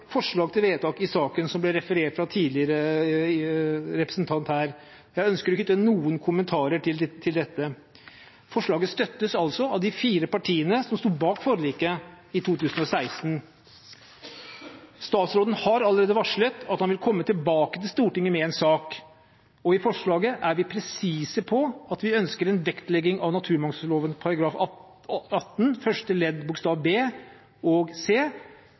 forslag i saken som ble referert tidligere av en representant. Jeg ønsker å knytte noen kommentarer til dette. Forslaget støttes av de fire partiene som sto bak forliket i 2016. Statsråden har allerede varslet at han vil komme tilbake til Stortinget med en sak, og i forslaget er vi presise på at vi ønsker en vektlegging av naturmangfoldloven § 18 første ledd bokstav b og c